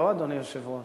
לא, אדוני היושב-ראש?